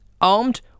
Armed